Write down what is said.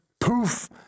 poof